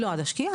לא עד השקיעה,